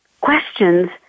questions